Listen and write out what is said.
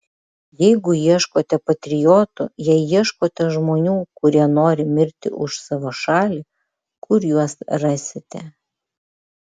jeigu ieškote patriotų jei ieškote žmonių kurie nori mirti už savo šalį kur juos rasite